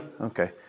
Okay